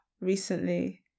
recently